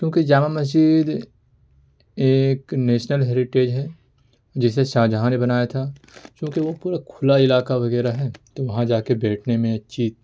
کیوںکہ جامع مسجد ایک national heritage ہے جسے شاہ جہاں نے بنایا تھا کیوںکہ وہ پورا کھلا علاقہ وغیرہ ہے تو وہاں جا کے بیٹھنے میں اچھی